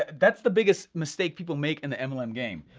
that's the biggest mistake people make in the mlm game.